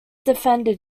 defended